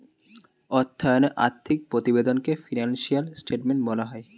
অর্থায়নে আর্থিক প্রতিবেদনকে ফিনান্সিয়াল স্টেটমেন্ট বলা হয়